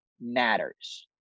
matters